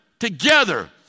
Together